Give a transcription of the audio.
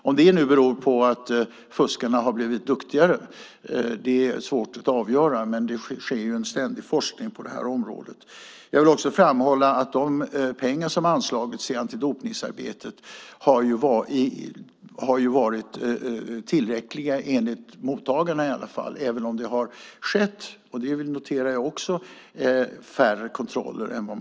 Om det nu beror på att fuskarna har blivit duktigare blir svårt att avgöra, men det sker en ständig forskning på detta område. Jag vill också framhålla att de pengar som anslagits i antidopningsarbetet i alla fall enligt mottagarna har varit tillräckliga, även om det - och det noterar jag också - har varit färre kontroller än förut.